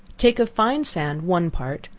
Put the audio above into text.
take of fine sand one part,